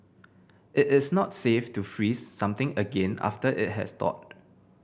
it is not safe to freeze something again after it has thawed